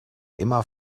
immer